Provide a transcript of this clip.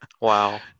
Wow